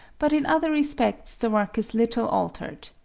but in other respects the work is little altered.